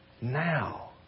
now